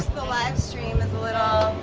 the live stream is a little